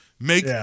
Make